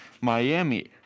Miami